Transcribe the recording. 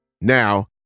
Now